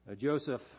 Joseph